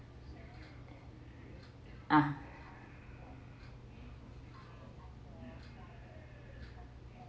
ah